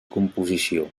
composició